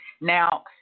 Now